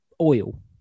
oil